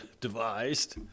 devised